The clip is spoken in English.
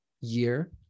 year